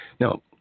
Now